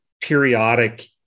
periodic